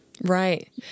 Right